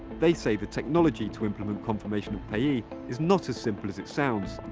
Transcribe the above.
they say the technology to implement confirmation of payee is not as simple as it sounds,